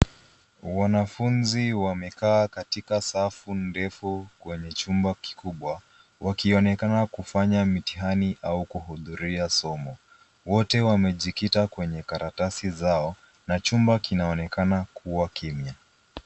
Wanafunzi wamekaa katika safu ndefu kwenye chumba kikubwa, wakionekana kufanya mitihani au kuhudhuria somo. Wote wamejikita kwenye karatasi zao na chumba kinaonekana kuwa kimya.